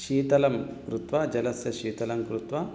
शीतलं कृत्वा जलं शीतलं कृत्वा